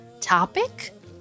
topic